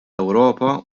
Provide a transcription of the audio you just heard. ewropa